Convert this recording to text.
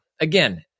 Again